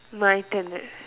mine turn right